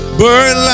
burn